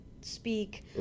speak